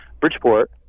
Bridgeport